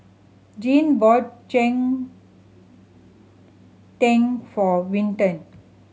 Jean bought cheng tng for Vinton